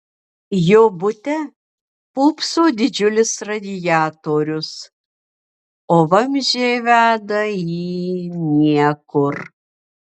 jo bute pūpso didžiulis radiatorius o vamzdžiai veda į niekur